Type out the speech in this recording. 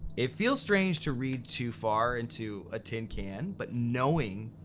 it feels strange to read too far into a tin can, but knowing